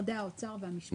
משרדי האוצר והמשפטים.